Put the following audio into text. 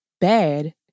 bad